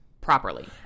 properly